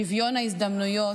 שוויון ההזדמנויות,